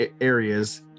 areas